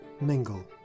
mingle